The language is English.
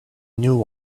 new